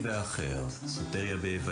(מוקרן סרטון עם כתבה על סוטריה)